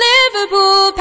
Liverpool